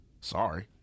Sorry